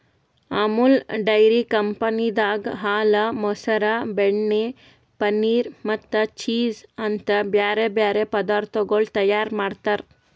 Amul dairy ಕಂಪನಿದಾಗ್ ಹಾಲ, ಮೊಸರ, ಬೆಣ್ಣೆ, ಪನೀರ್ ಮತ್ತ ಚೀಸ್ ಅಂತ್ ಬ್ಯಾರೆ ಬ್ಯಾರೆ ಪದಾರ್ಥಗೊಳ್ ತೈಯಾರ್ ಮಾಡ್ತಾರ್